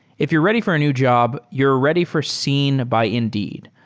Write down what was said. if you're ready for a new job, you're ready for seen by indeed.